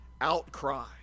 outcry